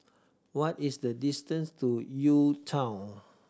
what is the distance to UTown